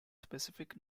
specific